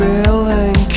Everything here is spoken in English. Feeling